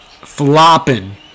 flopping